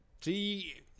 See